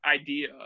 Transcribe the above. idea